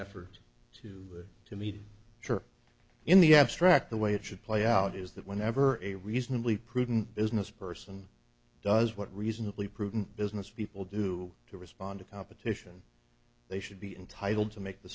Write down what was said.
effort to to meet her in the abstract the way it should play out is that whenever a reasonably prudent business person does what reasonably prudent businesspeople do to respond to competition they should be entitled to make the